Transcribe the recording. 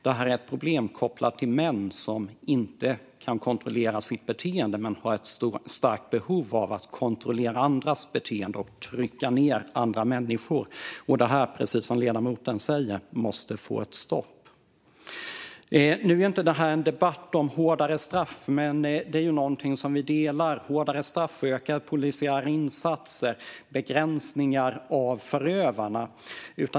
Det är ett problem som är kopplat till män som inte kan kontrollera sitt beteende men som har ett starkt behov av att kontrollera andras beteende och av att trycka ned andra människor. Det måste, precis som ledamoten säger, få ett stopp. Det här är inte en debatt om hårdare straff. Men det är något som vi håller med om - hårdare straff, ökade polisiära insatser och begränsningar för förövarna.